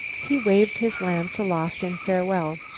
he waved his lance aloft in farewell.